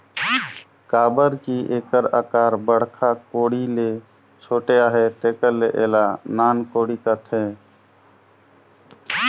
काबर कि एकर अकार बड़खा कोड़ी ले छोटे अहे तेकर ले एला नान कोड़ी कहथे